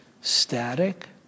static